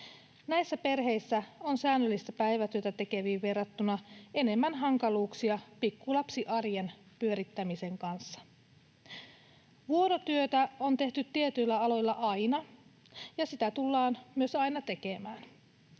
Näissä perheissä on säännöllistä päivätyötä tekeviin verrattuna enemmän hankaluuksia pikkulapsiarjen pyörittämisen kanssa. Vuorotyötä on tehty tietyillä aloilla aina, ja sitä tullaan myös aina tekemään.